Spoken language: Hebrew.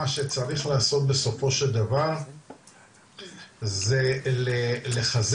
מה שצריך לעשות בסופו של דבר זה לחזק,